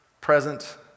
present